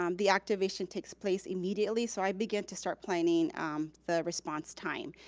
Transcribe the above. um the activation takes place immediately so i begin to start planning the response time.